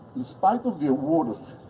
in spite of the words